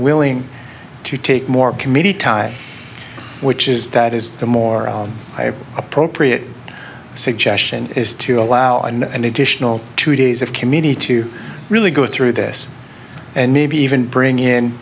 willing to take more committee tie which is that is the more appropriate suggestion is to allow and in additional two days of committee to really go through this and maybe even bring